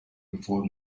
before